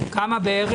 כמה בערך